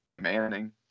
Manning